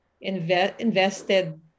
invested